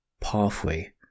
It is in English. pathway